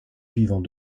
vivant